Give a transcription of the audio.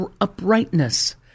uprightness